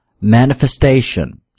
manifestation